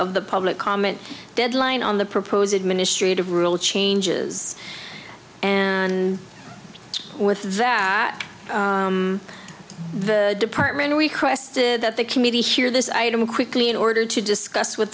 of the public comment deadline on the propose administrative rule changes and with that the department requested that the committee hear this item quickly in order to discuss with